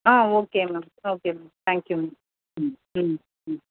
ஆ ஓகேங்க ma'am okay ma'am thank you ma'am ம் ம் ம்